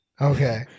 Okay